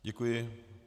Děkuji.